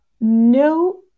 no